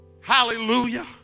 hallelujah